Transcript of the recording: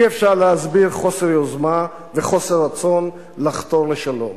אי-אפשר להסביר חוסר יוזמה וחוסר רצון לחתור לשלום.